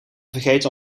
vergeten